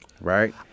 right